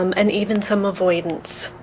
um and even some avoidance.